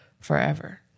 forever